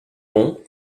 nom